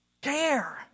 care